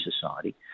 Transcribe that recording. society